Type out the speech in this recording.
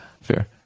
fair